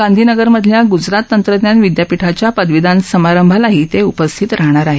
गांधीनगरमधाल्या गुजरात तंत्रज्ञान विद्यापीठाच्या पदवीदान समारंभात ते उपस्थित राहणार आहेत